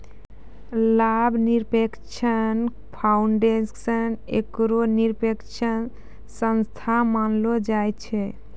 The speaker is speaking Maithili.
लाभ निरपेक्ष फाउंडेशन एकठो निरपेक्ष संस्था मानलो जाय छै